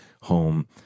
Home